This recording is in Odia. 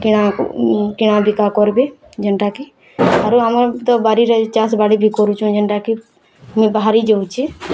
କିଣା କିଣାବିକା କର୍ବି ଯେନ୍ତାକି ଆରୁ ଆମର୍ ତ ବାରିରେ ଚାଷ୍ ବାଡ଼ି ବି କରୁଛୁ ଯେନ୍ତାକି ମୁଇଁ ବାହାରି ଯାଉଛେ